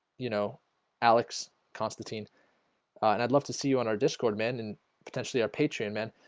you know alex constatine, and i'd love to see you on our disk or demand and potentially our patreon man